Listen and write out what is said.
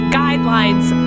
guidelines